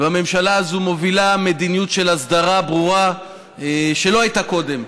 והממשלה הזו מובילה מדיניות של הסדרה ברורה שלא הייתה קודם.